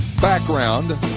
background